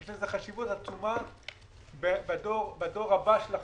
יש לזה חשיבות עצומה בדור הבא של החקלאים.